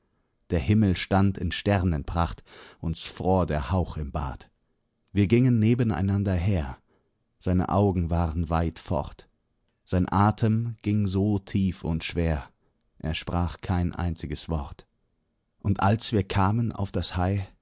der himmel stand in sternenpracht uns fror der hauch im bart wir gingen nebeneinander her seine augen waren weit fort sein atem ging so tief und schwer er sprach kein einziges wort und als wir kamen auf das